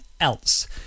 else